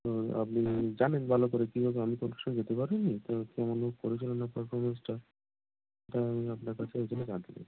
হুম আপনি জানেন ভালো করে কী রকম আমি তো ওর সঙ্গে যেতে পারিনি তো কেমন ও করেছে আপনার পারফরমেন্সটা তাই আমি আপনার কাছে ওই জন্য জানতে চাইছি